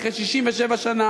אחרי 67 שנה,